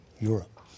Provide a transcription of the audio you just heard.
Europe